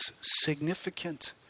significant